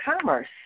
Commerce